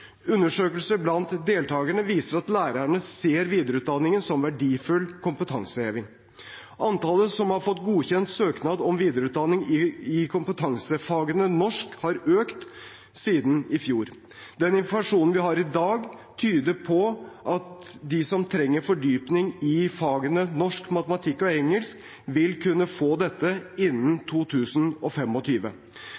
blant deltakerne viser at lærerne ser videreutdanningen som en verdifull kompetanseheving. Antallet som har fått godkjent søknad om videreutdanning i kompetansefaget norsk, har økt siden i fjor. Den informasjonen vi har i dag, tyder på at de som trenger fordypning i fagene norsk, matematikk og engelsk, vil kunne få dette innen